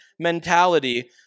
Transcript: mentality